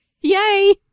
yay